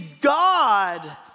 God